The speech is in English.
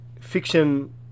fiction